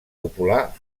popular